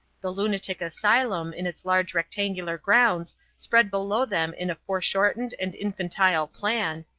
the lunatic asylum in its large rectangular grounds spread below them in a foreshortened and infantile plan,